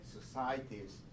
societies